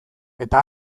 eta